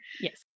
Yes